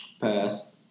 Pass